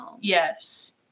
Yes